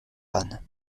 panne